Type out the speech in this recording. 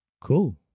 Cool